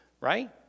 right